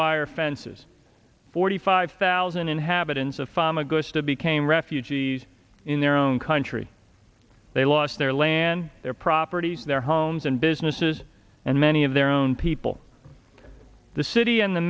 wire fences forty five thousand inhabitants of foam a ghost of became refugees in their own country they lost their land their property their homes and businesses and many of their own people the city and the